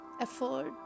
effort